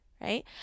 right